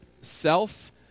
self